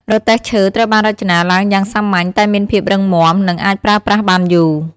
រទេះឈើត្រូវបានរចនាឡើងយ៉ាងសាមញ្ញតែមានភាពរឹងមាំ និងអាចប្រើប្រាស់បានយូរ។